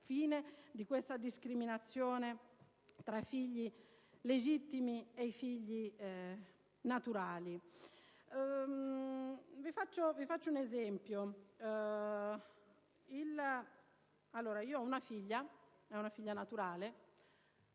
fine di questa discriminazione tra figli legittimi e figli naturali. Vi faccio un esempio: attualmente, ho una figlia naturale;